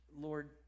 Lord